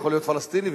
גם פלסטיני,